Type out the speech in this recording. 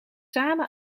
samen